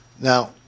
Now